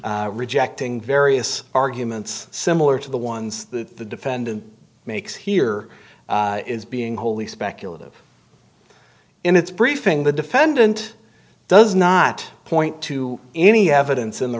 rejecting various arguments similar to the ones that the defendant makes here is being wholly speculative in its briefing the defendant does not point to any evidence in the